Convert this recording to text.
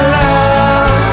love